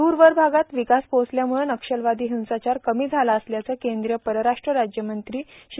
दूरवर भागात विकास पोहचल्यामुळं नक्षलवादी हिंसाचार कमी झाला असल्याचं केंद्रिय परराष्ट्र राज्यमंत्री श्री